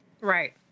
right